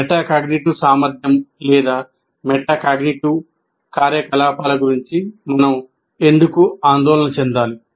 metacognitive సామర్థ్యం లేదా metacognitive కార్యకలాపాల గురించి మనం ఎందుకు ఆందోళన చెందాలి